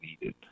needed